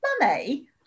Mummy